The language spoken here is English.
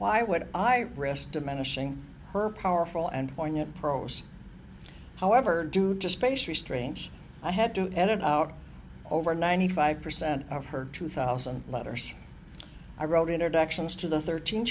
why would i risk diminishing her powerful and poignant prose however due to space restraints i had to edit out over ninety five percent of her two thousand letters i wrote introductions to the thirteen